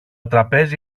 τραπέζι